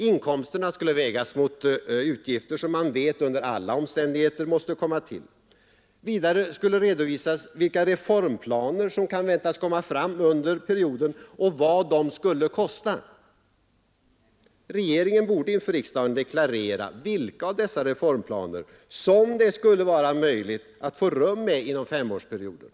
Inkomsterna skulle vägas mot utgifter som man vet under alla omständigheter måste komma till. Vidare skulle redovisas vilka reformplaner som kan väntas komma fram under perioden och vad de skulle kosta. Regeringen borde inför riksdagen deklarera vilka av dessa reformplaner som det skulle vara möjligt att få rum med inom femårsperioden.